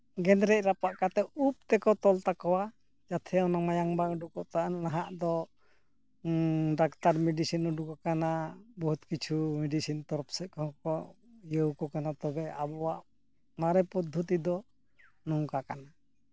ᱜᱮᱸᱫᱽᱨᱮᱡ ᱨᱟᱯᱟᱜ ᱠᱟᱛᱮ ᱩᱯ ᱛᱮᱠᱚ ᱛᱚᱞ ᱛᱟᱠᱚᱣᱟ ᱡᱟᱛᱮ ᱚᱱᱟ ᱢᱟᱭᱟᱢ ᱵᱟᱝ ᱩᱰᱩᱠᱚᱜ ᱛᱟᱭ ᱢᱟ ᱟᱨ ᱱᱟᱦᱟᱜ ᱫᱚ ᱰᱟᱠᱛᱟᱨ ᱢᱤᱰᱤᱥᱤᱱ ᱩᱰᱩᱠ ᱟᱠᱟᱱᱟ ᱵᱚᱦᱩᱛ ᱠᱤᱪᱷᱩ ᱢᱤᱰᱤᱥᱤᱱ ᱛᱚᱨᱚᱯ ᱥᱮᱫ ᱠᱷᱚᱱ ᱤᱭᱟᱹᱣᱟᱠᱚ ᱠᱟᱱᱟ ᱛᱚᱵᱮ ᱟᱵᱚᱣᱟᱜ ᱢᱟᱨᱮ ᱯᱚᱫᱽᱫᱷᱚᱛᱤ ᱫᱚ ᱱᱚᱝᱠᱟ ᱠᱟᱱᱟ